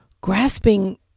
Grasping